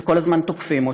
וכל הזמן תוקפים אותה,